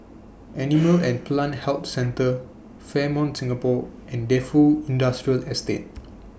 Animal and Plant Health Centre Fairmont Singapore and Defu Industrial Estate